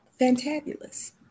fantabulous